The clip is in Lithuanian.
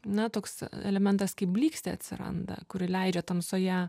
na toks elementas kaip blykstė atsiranda kuri leidžia tamsoje